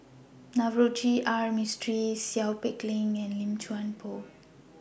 Navroji R Mistri Seow Peck Leng and Lim Chuan Poh